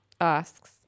asks